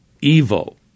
evil